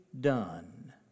done